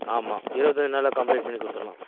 ஆமாம் இருபத்தஞ்சி நாளில் கம்ப்ளீட் பண்ணி கொடுத்துர்லாம்